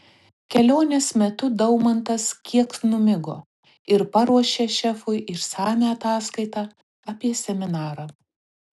kelionės metu daumantas kiek numigo ir paruošė šefui išsamią ataskaitą apie seminarą